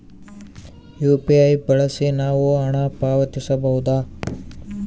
UPI ಬಳಸಿ ನಾವು ಹಣ ಪಾವತಿಸಬಹುದಾ?